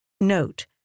Note